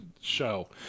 show